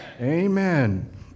Amen